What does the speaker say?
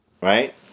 right